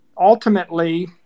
ultimately